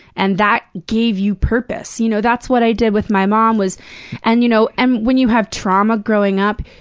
and that gave you purpose. you know that's what i did with my mom, was and you know and when you have trauma growing up,